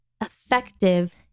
effective